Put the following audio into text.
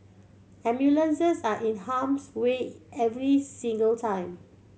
ambulances are in harm's way every single time